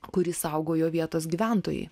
kurį saugojo vietos gyventojai